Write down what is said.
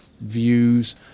views